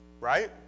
Right